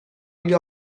gli